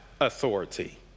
authority